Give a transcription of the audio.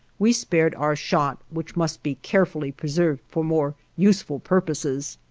we spared our shot, which must be carefully preserved for more useful purposes.